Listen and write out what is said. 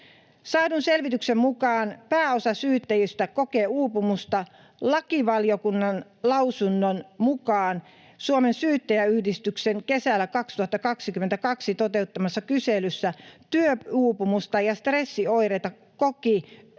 Saadun selvityksen mukaan pääosa syyttäjistä kokee uupumusta. Lakivaliokunnan lausunnon mukaan Suomen Syyttäjäyhdistyksen kesällä 2022 toteuttamassa kyselyssä työuupumusta ja stressioireita koki